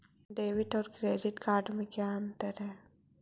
Debit और credit card में का अंतर है?